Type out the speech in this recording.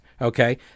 okay